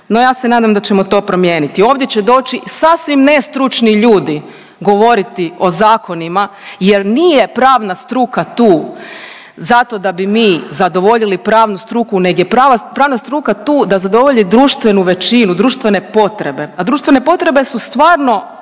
No, ja se nadam da ćemo to promijeniti. Ovdje će doći sasvim nestručni ljudi govoriti o zakonima jer nije pravna struka tu zato da bi mi zadovoljili pravnu struku, neg je pravna struka tu da zadovoljni društvenu većinu, društvene potrebe, a društvene potrebe su stvarno